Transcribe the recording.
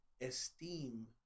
esteem